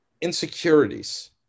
insecurities